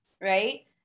right